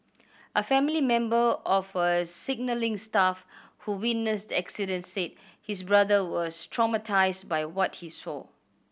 a family member of a signalling staff who witnessed the accident said his brother was traumatised by what he saw